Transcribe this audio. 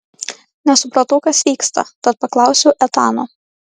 nesupratau kas vyksta tad paklausiau etano